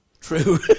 true